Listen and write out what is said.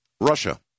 Russia